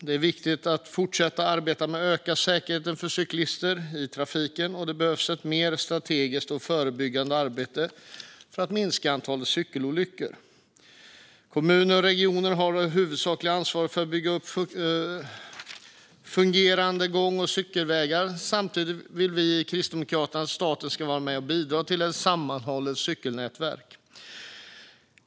Det är viktigt att fortsätta arbetet med att öka säkerheten för cyklister i trafiken. Det behövs också ett mer strategiskt och förebyggande arbete för att minska antalet cykelolyckor. Kommuner och regioner har det huvudsakliga ansvaret för att bygga fungerande gång och cykelvägar. Samtidigt vill Kristdemokraterna att staten ska vara med och bidra till ett sammanhållet cykelnät.